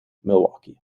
milwaukee